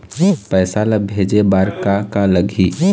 पैसा ला भेजे बार का का लगही?